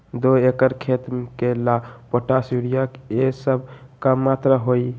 दो एकर खेत के ला पोटाश, यूरिया ये सब का मात्रा होई?